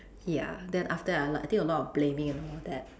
ya then after that I l~ I think a lot of blaming and all that